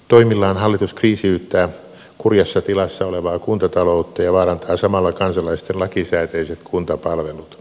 toimillaan hallitus kriisiyttää kurjassa tilassa olevaa kuntataloutta ja vaarantaa samalla kansalaisten lakisääteiset kuntapalvelut